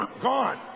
gone